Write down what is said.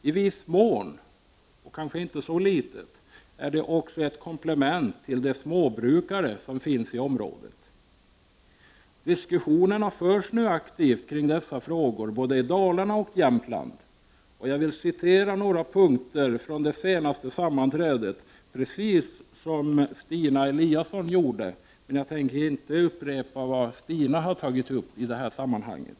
I viss mån — och kanske inte så liten — är det också ett komplement för de småbrukare som finns i området. Diskussioner förs nu aktivt kring dessa frågor både i Dalarna och Jämtland. Jag vill nämna, liksom Stina Eliasson, några punkter från det senaste sammanträdet som samarbetsgruppen hade, men jag tänker inte upprepa det som Stina Eliasson tog upp i det här sammanhanget.